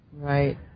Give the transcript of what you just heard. Right